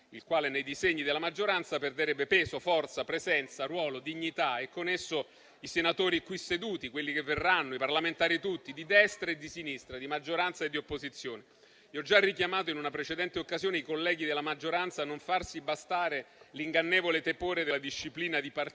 il quale nei disegni della maggioranza perderebbe peso, forza, presenza, ruolo, dignità, e con esso i senatori qui seduti, quelli che verranno, i parlamentari tutti, di destra e di sinistra, di maggioranza e di opposizione. Ho già richiamato in una precedente occasione i colleghi della maggioranza a non farsi bastare l'ingannevole tepore della disciplina di partito